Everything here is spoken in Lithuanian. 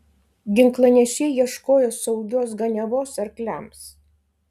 ginklanešiai ieškojo saugios ganiavos arkliams